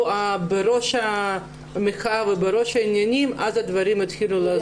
בראש המחאה ובראש העניינים אז הדברים יתחילו לזוז.